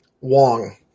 Wong